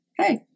hey